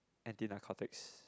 anti narcotics